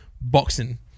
boxing